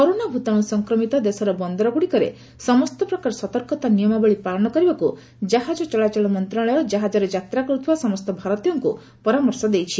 corona ଭ୍ତାଣ୍ର ସଂକ୍ରମିତ ଦେଶର ବନ୍ଦରଗ୍ରଡ଼ିକରେ ସମସ୍ତ ପ୍ରକାର ସତର୍କତା ନିୟମାବଳୀ ପାଳନ କରିବାକୁ ଜାହାଜ ଚଳାଚଳ ମନ୍ତ୍ରଣାଳୟ ଜାହାଜରେ ଯାତ୍ରା କରୁଥିବା ସମସ୍ତ ଭାରତୀୟଙ୍କୁ ପରାମର୍ଶ ଦେଇଛନ୍ତି